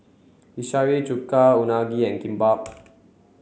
Hiyashi Chuka Unagi and Kimbap